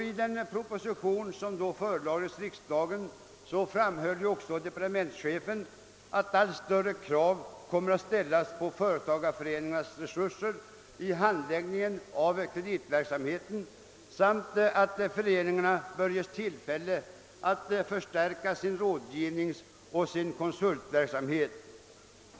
I den proposition som då framlades framhöll departementschefen att allt större krav kommer att ställas på företagareföreningarnas resurser vid handläggningen av kreditverksamheten samt att föreningarna bör ges tillfälle att förstärka sin rådgivningsoch konsultverksamhet.